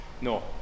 No